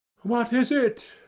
what is it?